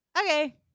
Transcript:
okay